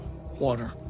Water